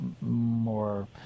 more